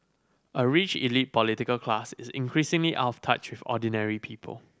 a rich elite political class is increasingly off touch with ordinary people